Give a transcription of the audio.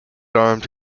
armed